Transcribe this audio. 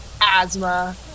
asthma